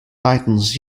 titans